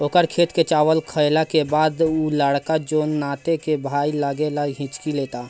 ओकर खेत के चावल खैला के बाद उ लड़का जोन नाते में भाई लागेला हिच्की लेता